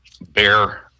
bear